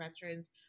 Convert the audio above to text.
veterans